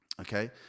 okay